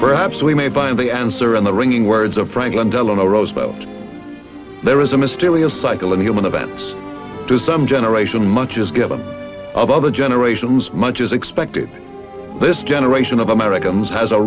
perhaps we may find the answer in the ringing words of franklin delano roosevelt there is a mysterious cycle in human events to some generation much is given of other generations much is expected this generation of americans has a